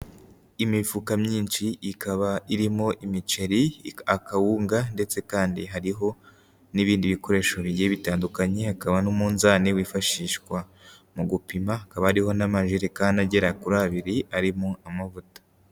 Imifuka myinshi ikaba irimo imiceri akawunga ndetse kandi hariho n'ibindi bikoresho bigiye bitandukanye, hakaba n'umunzani wifashishwa mu gupima, hakaba hariho n'amajerekani agera kuri abiri arimo amavuta.